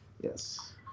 Yes